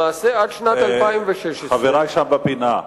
למעשה, עד שנת 2016, חברי שם בפינה.